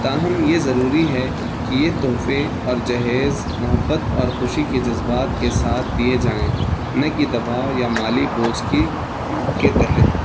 تا ہم یہ ضروری ہے کہ یہ تحفے اور جہیز محبت اور خوشی کے جذبات کے ساتھ دیے جائیں نہ کہ دباؤ یا مالی بوجھ کی کے تحت